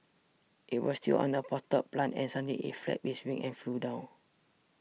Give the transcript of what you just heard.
it was still on a potted plant and suddenly it flapped its wings and flew down